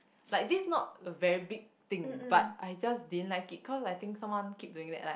like this not a very big thing but I just didn't like it cause like I think someone keep doing it like